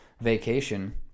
vacation